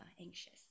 anxious